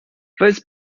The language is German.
was